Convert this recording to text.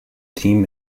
team